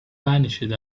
vanished